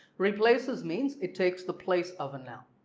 replaces means it takes the place of a noun.